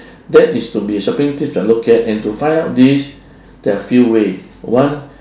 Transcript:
that is to be shopping tips I look at and to find out this there are few ways one